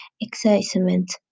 excitement